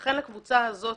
לכן, לקבוצה הזאת